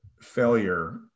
failure